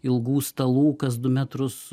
ilgų stalų kas du metrus